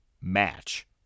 match